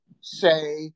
say